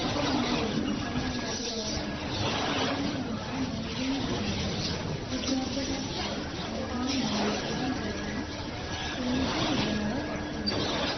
അത് നന്നായിരിക്കും എന്നാണ് എനിക്ക് തോന്നുന്നത് അക്കാദമി നന്നായി മെയ്റ്റെയ്ൻ ചെയ്യുന്നുണ്ട് വിദ്യാർത്ഥികൾക്കായി നന്നായി മെയ്റ്റെയ്ൻ ചെയ്യുന്ന ചെയ്ഞ്ചിങ് റൂമുകൾ ഒക്കെയുണ്ട്